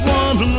one